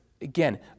again